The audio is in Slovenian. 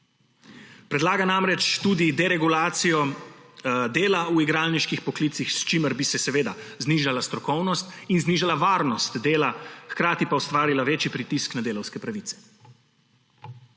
Predlaga namreč tudi deregulacijo dela v igralniških poklicih, s čimer bi se seveda znižala strokovnost in znižala varnost dela, hkrati pa ustvarilo večji pritisk na delavske pravice.